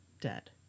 dead